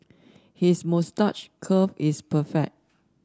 his moustache curl is perfect